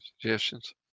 suggestions